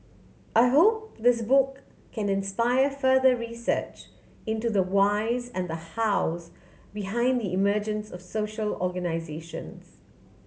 I hope this book can inspire further research into the whys and the hows behind the emergence of social organisations